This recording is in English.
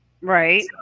Right